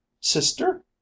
Sister